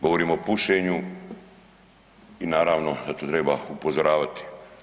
Govorim o pušenju i naravno da to treba upozoravati.